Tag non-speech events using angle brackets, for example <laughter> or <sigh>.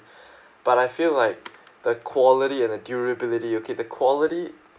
<breath> but I feel like the quality and durability okay the quality